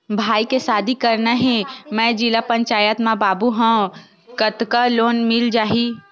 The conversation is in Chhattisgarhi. भाई के शादी करना हे मैं जिला पंचायत मा बाबू हाव कतका लोन मिल जाही?